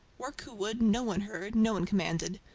work who would, no one heard, no one commanded.